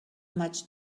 much